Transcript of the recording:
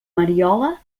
mariola